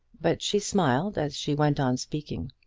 but she smiled as she went on speaking.